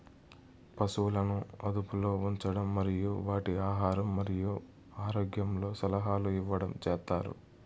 పసువులను అదుపులో ఉంచడం మరియు వాటి ఆహారం మరియు ఆరోగ్యంలో సలహాలు ఇవ్వడం చేత్తారు